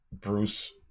Bruce